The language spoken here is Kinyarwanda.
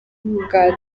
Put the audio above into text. bwa